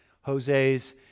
Jose's